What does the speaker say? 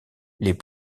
les